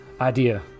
idea